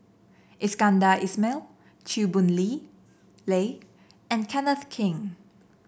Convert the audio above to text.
Iskandar Ismail Chew Boon Lee Lay and Kenneth Keng